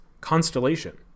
constellation